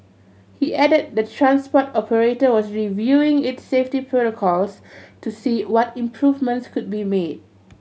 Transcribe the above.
he added the transport operator was reviewing its safety protocols to see what improvements could be made